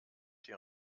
die